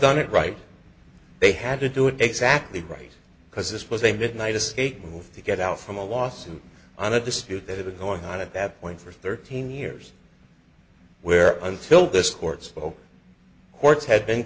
done it right they had to do it exactly right because this was a midnight escape move to get out from a lawsuit on a dispute that is going on at that point for thirteen years where until this court's courts had been